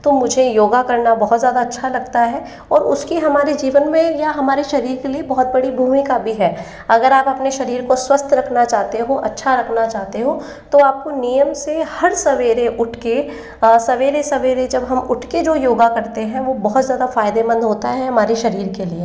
तो मुझे योगा करना बहुत ज़्यादा अच्छा लगता है और उसकी हमारे जीवन में या हमारे शरीर के लिए बहुत बड़ी भूमिका भी है अगर आप अपने शरीर को स्वस्थ रखना चाहते हो अच्छा रखना चाहते हो तो आपको नियम से हर सवेरे उठ कर सवेरे सवेरे जब हम उठ कर जो योगा करते हैं वह बहुत ज़्यादा फ़ायदेमंद होता है हमारे शरीर के लिए